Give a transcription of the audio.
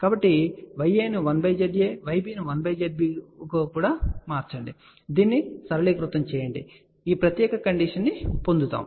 కాబట్టి ఈ ya ను 1za yb ను 1zb గా మార్చండి దీన్ని సరళీకృతం చేయండి మీరు ఈ ప్రత్యేక కండిషన్ ని పొందుతారు